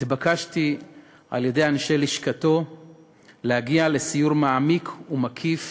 התבקשתי על-ידי אנשי לשכתו להגיע לסיור מעמיק ומקיף